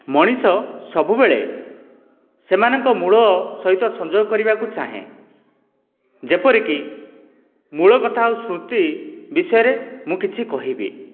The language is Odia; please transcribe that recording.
ମଣିଷ ସବୁବେଳେ ସେମାନଙ୍କ ମୂଳ ସହିତ ସଂଯୋଗ କରିବାକୁ ଚାହେଁ ଯେପରିକି ମୂଳ କଥା ଆଉ ସ୍ମୃତି ବିଷୟରେ ମୁଁ କିଛି କହିବି